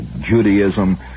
Judaism